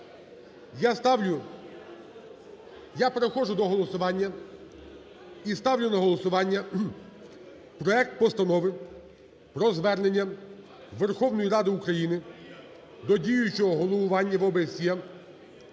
я переходжу до голосування і ставлю на голосування проект постанови про звернення Верховної Ради України до діючого голосування в ОБСЄ